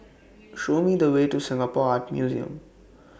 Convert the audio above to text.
Show Me The Way to Singapore Art Museum